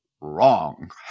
wrong